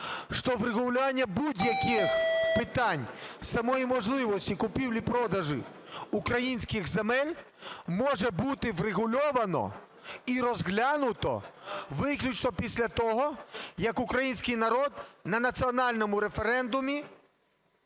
що врегулювання будь-яких питань самої можливості купівлі-продажу українських земель може бути врегульовано і розглянуто виключно після того, як український народ на національному референдумі